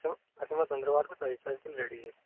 أسۍ یِمو ژَنٛدٕروار تہٕ تُہۍ تھٲیو ریڈی یہِ